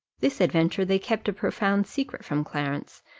this adventure they kept a profound secret from clarence,